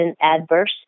adverse